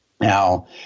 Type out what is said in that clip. Now